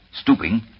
Stooping